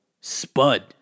spud